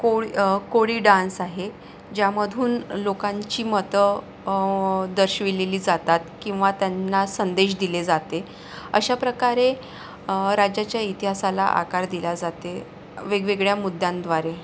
कोळ कोळी डान्स आहे ज्यामधून लोकांची मतं दर्शवलेली जातात किंवा त्यांना संदेश दिले जाते अशा प्रकारे राज्याच्या इतिहासाला आकार दिला जाते वेगवेगळ्या मुद्यांद्वारे